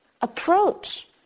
Approach